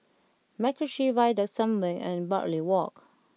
MacRitchie Viaduct Sembawang and Bartley Walk